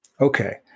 Okay